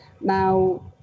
Now